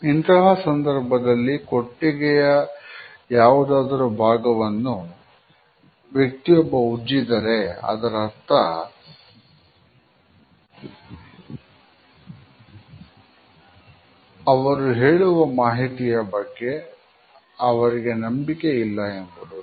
ಇಂತಹ ಸಂದರ್ಭದಲ್ಲಿ ಕುತ್ತಿಗೆಯ ಯಾವುದಾದರೂ ಭಾಗವನ್ನು ವ್ಯಕ್ತಿಯೊಬ್ಬ ಉಜ್ಜಿದರೆ ಅದರರ್ಥ ಅವರು ಹೇಳುವ ಮಾಹಿತಿಯ ಬಗ್ಗೆ ಅವರಿಗೆ ನಂಬಿಕೆ ಇಲ್ಲ ಎಂಬುದು